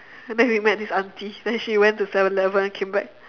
then we met this aunty then she went to seven eleven and came back